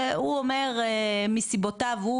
שהוא אומר מסיבותיו הוא,